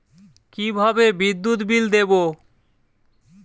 কিভাবে বিদ্যুৎ বিল দেবো?